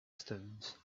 stones